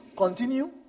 Continue